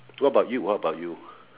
what about you what about you